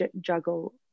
juggle